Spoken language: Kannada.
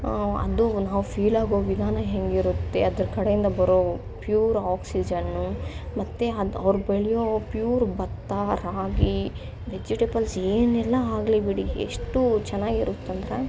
ಅದು ನಾವು ಫೀಲಾಗೋ ವಿಧಾನ ಹೆಂಗಿರುತ್ತೆ ಅದ್ರ ಕಡೆಯಿಂದ ಬರೋ ಪ್ಯೂರ್ ಆಕ್ಸಿಜನ್ನು ಮತ್ತೆ ಅದು ಅವ್ರು ಬೆಳೆಯೋ ಪ್ಯೂರ್ ಭತ್ತ ರಾಗಿ ವೆಜಿಟೇಬಲ್ಸ್ ಏನೆಲ್ಲ ಆಗಲಿ ಬಿಡಿ ಎಷ್ಟು ಚೆನ್ನಾಗಿರುತ್ತಂದ್ರೆ